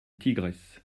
tigresse